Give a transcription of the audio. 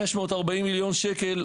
540,000,000 שקל,